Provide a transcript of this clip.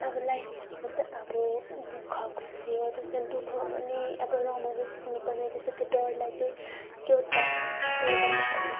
अब लाइफ भनेको त अब दुःख खुसी हो त्यसमा दुःख पनि अब रमाउनु सिक्नुपर्ने रहेछ त्यो डरलाई चाहिँ